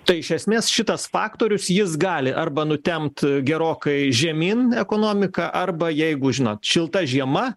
tai iš esmės šitas faktorius jis gali arba nutempt gerokai žemyn ekonomiką arba jeigu žinot šilta žiema